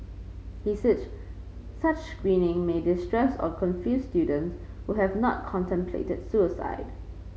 he said such screening may distress or confuse students who have not contemplated suicide